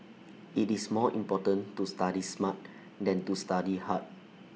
IT is more important to study smart than to study hard